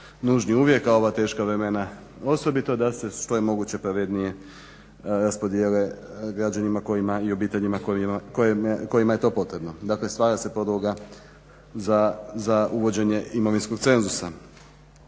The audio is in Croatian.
uvijek, a u ova teška vremena osobito da se što je moguće pravednije raspodijele građanima i obiteljima kojima je to potrebno, dakle stvara se podloga za uvođenje imovinskog cenzusa.